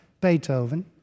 Beethoven